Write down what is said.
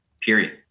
period